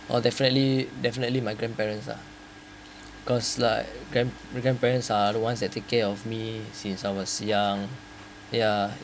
oh definitely definitely my grandparents lah cause like grand grandparents are the ones that take care of me since I was young ya